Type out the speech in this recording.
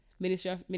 Minister